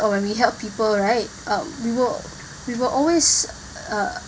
or when we help people right um we would we would always uh